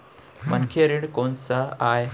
मनखे ऋण कोन स आय?